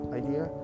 idea